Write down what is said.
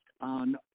on